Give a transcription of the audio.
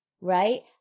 right